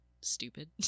stupid